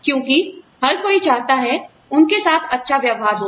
क्योंकि हर कोई चाहता है उनके साथ अच्छा व्यवहार हो